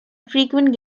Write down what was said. frequent